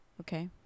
Okay